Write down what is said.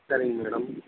சரிங்க மேடம்